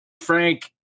Frank